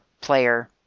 player